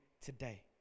today